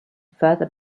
further